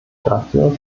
dafür